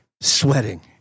sweating